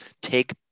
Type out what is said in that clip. take